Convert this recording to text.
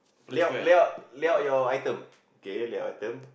lay out lay out lay out your item okay lay out your item